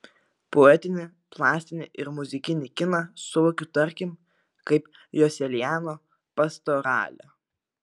poetinį plastinį ir muzikinį kiną suvokiu tarkim kaip joselianio pastoralę